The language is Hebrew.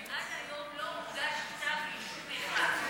ועד היום לא הוגש כתב אישום אחד.